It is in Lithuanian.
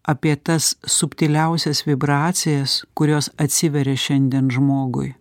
apie tas subtiliausias vibracijas kurios atsiveria šiandien žmogui